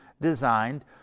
designed